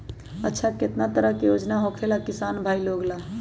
अच्छा कितना तरह के योजना होखेला किसान भाई लोग ला?